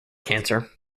cancer